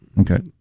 Okay